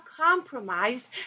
compromised